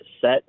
set